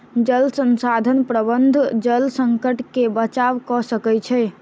जल संसाधन प्रबंधन जल संकट से बचाव कअ सकै छै